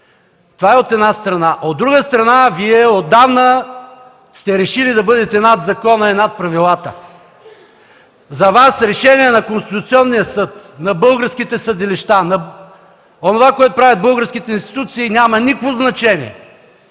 Това от една страна. От друга страна Вие отдавна сте решили да бъдете над закона и над правилата. За вас решение на Конституционния съд, на българските съдилища, на онова, което правят българските институции, няма никакво значение.